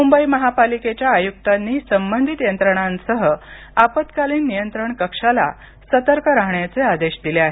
मुंबई महापालिकेच्या आयुक्तांनी संबंधित यंत्रणांसह आपत्कालीन नियंत्रण कक्षाला सतर्क राहण्याचे आदेश दिले आहेत